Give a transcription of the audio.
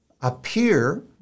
appear